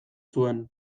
zuen